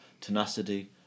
tenacity